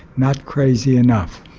not crazy enough.